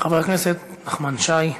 חבר הכנסת נחמן שי,